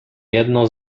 jedno